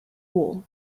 war